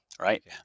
right